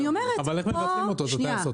אבל איך מבטלים אותו, את הטייס האוטומטי?